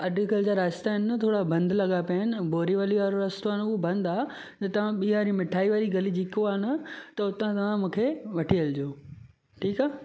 अॼुकल्ह जा रस्ता आहिनि न थोरा बंदि लॻा पिया आहिनि न बोरीवली वारो रस्तो उहो बंदि आहे न त ॾियारी मिठाई वाली गली जेको आहे न त हुतां तव्हां मूंखे वठी हलिजो ठीकु आहे